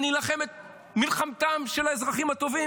ונילחם את מלחמתם של האזרחים הטובים,